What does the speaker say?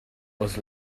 was